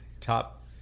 top